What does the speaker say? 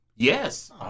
Yes